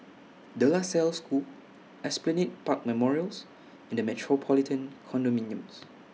De La Salle School Esplanade Park Memorials and The Metropolitan Condominium